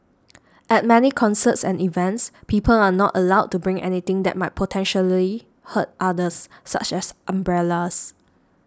at many concerts and events people are not allowed to bring anything that might potentially hurt others such as umbrellas